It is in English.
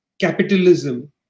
capitalism